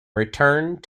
returned